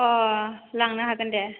अह लांनो हागोन दे